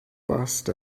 passed